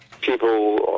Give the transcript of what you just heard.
People